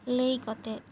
ᱞᱟᱹᱭ ᱠᱚᱛᱮ